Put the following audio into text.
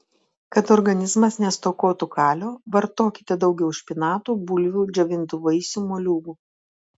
kad organizmas nestokotų kalio vartokite daugiau špinatų bulvių džiovintų vaisių moliūgų